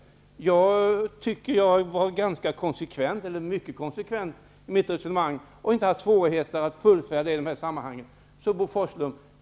Jag tycker att jag var mycket konsekvent i mitt resonemang, och jag har inte haft svårigheter att fullfölja det i dessa sammanhang.